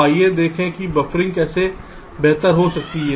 तो आइए देखें कि बफरिंग कैसे बेहतर हो सकती है